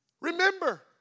Remember